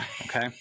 Okay